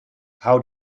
how